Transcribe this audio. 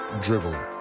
dribble